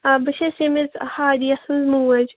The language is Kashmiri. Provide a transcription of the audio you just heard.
آ بہٕ چھَس ییٚمِس حأدیا سٕنٛز موج